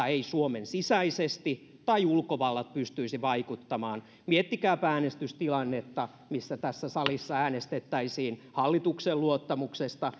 ei suomen sisäisesti tai ulkovaltojen toimesta pystyisi vaikuttamaan miettikääpä äänestystilannetta missä tässä salissa äänestettäisiin hallituksen luottamuksesta